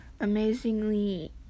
Amazingly